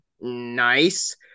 Nice